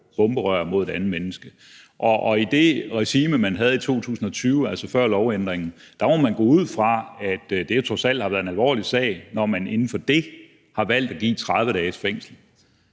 bomberør mod et andet menneske. Og i det regime, man havde i 2020, altså før lovændringen, må man gå ud fra, at det trods alt har været en alvorlig sag, når man inden for det har valgt at give 30 dages fængsel.